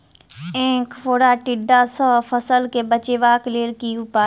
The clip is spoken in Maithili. ऐंख फोड़ा टिड्डा सँ फसल केँ बचेबाक लेल केँ उपाय?